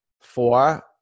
Four